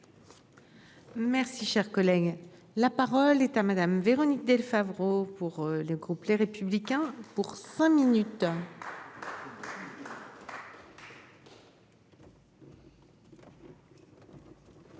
Merci, cher collègue, la parole est à madame Véronique Favreau pour le groupe Les Républicains pour cinq minutes.